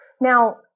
Now